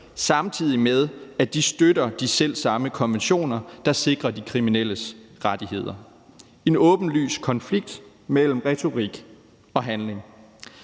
samtidig med at de støtter de selv samme konventioner, der sikrer de kriminelles rettigheder. Det er en åbenlys konflikt mellem retorik og handling.